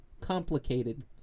complicated